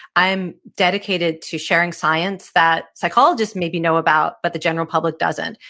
i am dedicated to sharing science that psychologists maybe know about, but the general public doesn't.